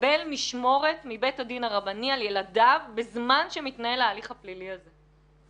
מקבל משמורת מבית הדין הרבני על ילדיו בזמן שמתנהל ההליך הפלילי הזה.